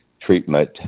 treatment